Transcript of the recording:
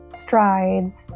strides